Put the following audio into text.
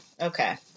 Okay